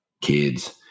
kids